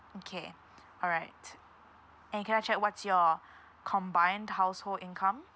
mm K all right and can I check what's your combined household income